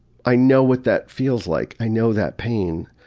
i know what that feels like. i know that pain,